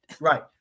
Right